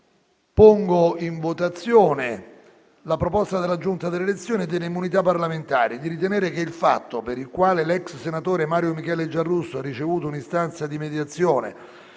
simultaneo della proposta della Giunta delle elezioni e delle immunità parlamentari di ritenere che il fatto per il quale l'ex senatore Mario Michele Giarrusso ha ricevuto l'istanza di mediazione